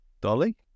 Dolly